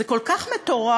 זה כל כך מטורף